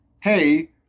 Hey